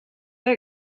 they